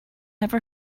never